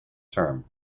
term